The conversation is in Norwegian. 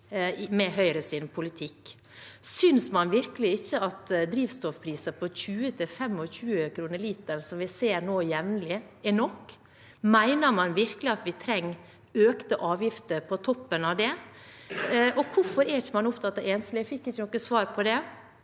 med Høyres politikk. Synes man virkelig ikke at drivstoffpriser på 20–25 kroner literen, som vi nå ser jevnlige, er nok? Mener man virkelig at vi trenger økte avgifter på toppen av det? Og hvorfor er man ikke opptatt av enslige? Jeg fikk ikke noe svar på det.